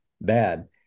bad